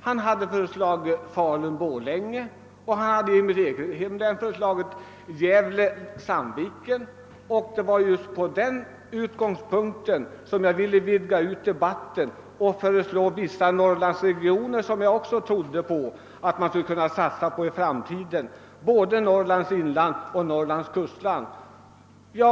Han hade även före slagit Falun—Borlänge och vad beträffar mitt eget hemlän hade han föreslagit Gävle—Sandviken. Det var just från den utgångspunkten som jag ville utvidga debatten och föreslå vissa Norrlandsregioner som jag också trodde, att man skulle satsa på i framtiden, både i Norrlands inland och i Norrlands kustland.